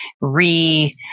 re